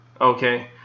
Okay